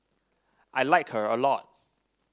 I like her a lot